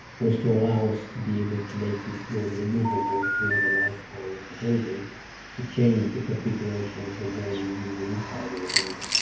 was to allow us to be able to make these floors removable during the lifetime of the building to change the configuration of the way we use the inside of the building.